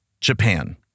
Japan